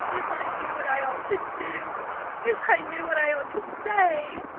if i knew what i ought to do if i knew what i ought to say!